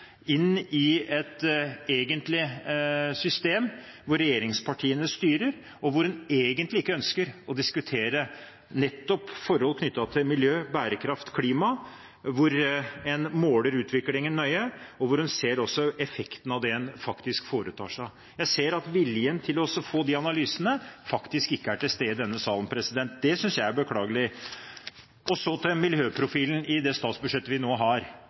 inn i et system hvor regjeringspartiene styrer, og hvor en egentlig ikke ønsker å diskutere nettopp forhold knyttet til miljø, bærekraft og klima, hvor en måler utviklingen nøye, og hvor en også ser effekten av det en faktisk foretar seg. Jeg ser at viljen til å få de analysene faktisk ikke er til stede i denne salen. Det synes jeg er beklagelig. Så til miljøprofilen i det statsbudsjettet vi nå har.